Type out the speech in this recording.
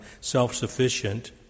self-sufficient